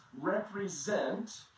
represent